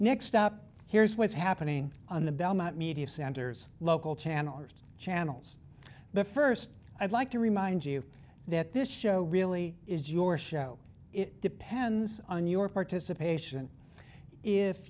next up here's what's happening on the belmont media centers local channelers channels but first i'd like to remind you that this show really is your show it depends on your participation if